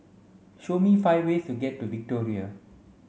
show me five ways to get to Victoria